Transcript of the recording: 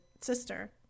sister